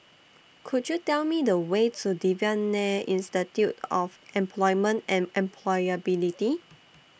Could YOU Tell Me The Way to Devan Nair Institute of Employment and Employability